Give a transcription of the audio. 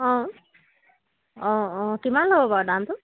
অঁ অঁ অঁ কিমান ল'ব বাৰু দামটো